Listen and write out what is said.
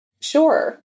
Sure